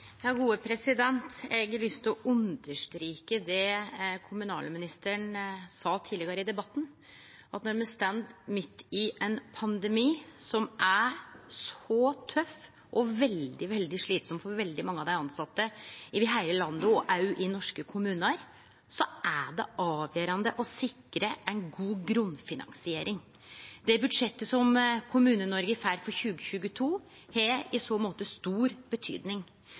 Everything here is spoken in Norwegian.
Eg har lyst til å understreke det kommunalministeren sa tidlegare i debatten, at når me står midt i ein pandemi som er så tøff og veldig, veldig slitsam for veldig mange av dei tilsette over heile landet, og òg i norske kommunar, er det avgjerande å sikre ei god grunnfinansiering. Det budsjettet som Kommune-Noreg får for 2022, har i så måte stor betydning.